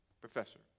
professor